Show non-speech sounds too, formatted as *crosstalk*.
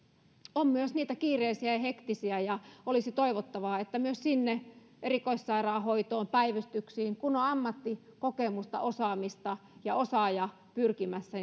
on myös niitä kiireisiä ja hektisiä ja olisi toivottavaa että myös sinne erikoissairaanhoitoon ja päivystyksiin pääsisi töihin kun on ammattikokemusta osaamista ja osaaja pyrkimässä *unintelligible*